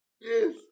Yes